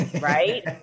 right